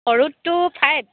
সৰুটো ফাইভ